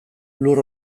lur